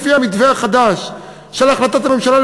לפי המתווה החדש של החלטת הממשלה,